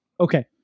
Okay